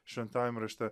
šventajam rašte